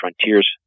Frontiers